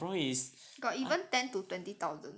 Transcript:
got even ten to twenty thousand one